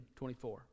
24